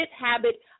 habit